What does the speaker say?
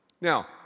Now